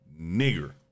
nigger